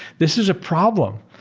this is a problem.